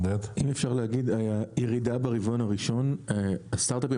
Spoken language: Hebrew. לגבי הירידה ברבעון הראשון הסטארטאפים